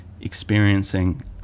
experiencing